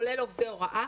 כולל עובדי הוראה,